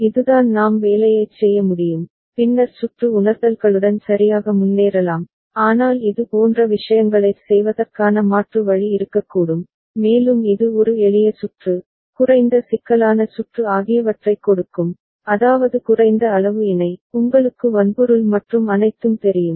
இதுதான் நாம் வேலையைச் செய்ய முடியும் பின்னர் சுற்று உணர்தல்களுடன் சரியாக முன்னேறலாம் ஆனால் இது போன்ற விஷயங்களைச் செய்வதற்கான மாற்று வழி இருக்கக்கூடும் மேலும் இது ஒரு எளிய சுற்று குறைந்த சிக்கலான சுற்று ஆகியவற்றைக் கொடுக்கும் அதாவது குறைந்த அளவு இணை உங்களுக்கு வன்பொருள் மற்றும் அனைத்தும் தெரியும்